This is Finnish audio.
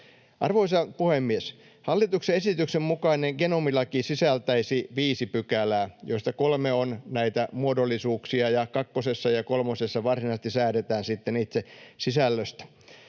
Arvoisa puhemies! Hallituksen esityksen mukainen genomilaki sisältäisi viisi pykälää, joista kolme on näitä muodollisuuksia, ja kakkosessa ja kolmosessa varsinaisesti säädetään sitten itse sisällöstä.